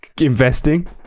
investing